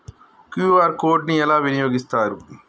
QR code ని ఎలా వినియోగిస్తారు?